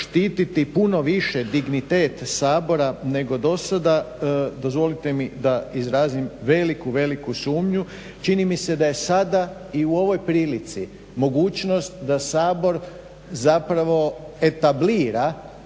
puno više dignitet Sabora nego dosada. Dozvolite mi da izrazim veliku, veliku sumnju. Čini mi se da je sada i u ovoj prilici mogućnost da Sabor zapravo etablira